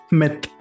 myth